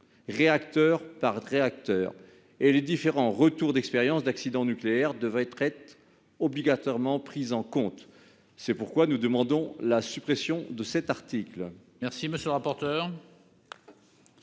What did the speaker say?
réacteur par réacteur. Les différents retours d'expérience d'accidents nucléaires devraient être obligatoirement pris en compte. Pour ces raisons, nous demandons la suppression de cet article.